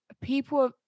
people